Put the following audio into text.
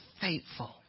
faithful